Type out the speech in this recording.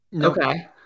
okay